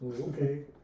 okay